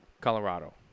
Colorado